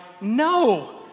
no